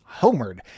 homered